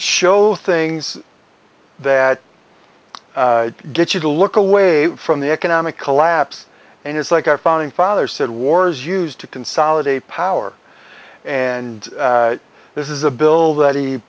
show things that get you to look away from the economic collapse and it's like our founding father said wars used to consolidate power and this is a bill that he